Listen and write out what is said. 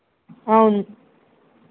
అవును